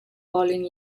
following